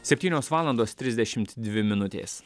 septynios valandos trisdešimt dvi minutės